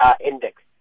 Index